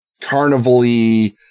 carnival-y